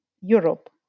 Europe